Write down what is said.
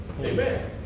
Amen